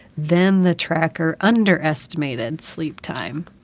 then the tracker underestimated sleep time.